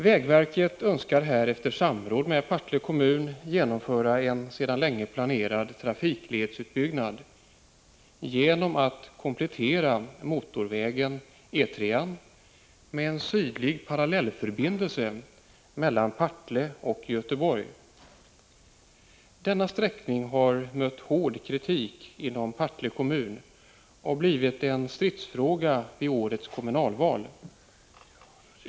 Vägverket önskar här, efter samråd med Partille kommun, genomföra en sedan lång tid tillbaka planerad trafikledsutbyggnad genom att komplettera motorväg E 3-an med en sydlig parallellförbindelse mellan Partille och Göteborg. Förslaget till denna sträckning har mött hård kritik inom Partille kommun och det blev också en stridsfråga vid årets kommunalval.